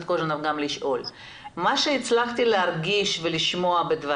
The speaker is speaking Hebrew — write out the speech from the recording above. זאת אומרת, ברור